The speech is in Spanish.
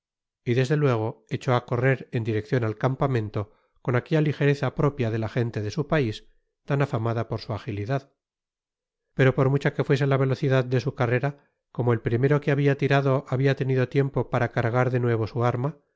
desde luego echó á correr en direccion al campamento con aquella lijere za propia de la gente de su pais tan afamada por su agilidad pero por mucha que fuese la velocidad de su carrera como el primero que babia tirado habia tenido tiempo para cargar de nuevo su arma